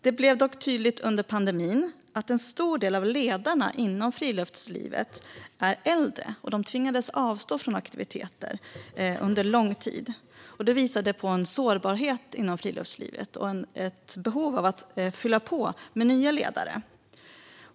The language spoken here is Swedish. Det blev dock tydligt under pandemin att en stor del av ledarna inom friluftslivet är äldre. Många tvingades avstå från aktiviteter under lång tid. Det visade på en sårbarhet inom friluftslivet och ett behov av att fylla på med nya ledare.